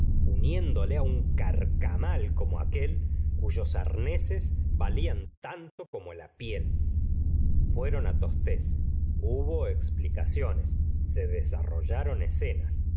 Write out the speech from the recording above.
hijo uniéndole un carcamal como aquel cuyos harneses valían tanto como la piel fueron a tostes hubo explicaciones se desarrollaron escenas